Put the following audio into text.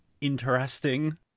interesting